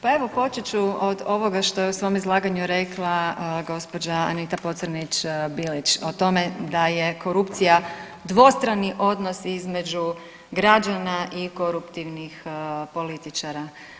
Pa evo počet ću od ovoga što je u svome izlaganju rekla gospođa Anita Pocrnić Bilić o tome da je korupcija dvostrani odnos između građana i koruptivnih političara.